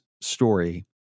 story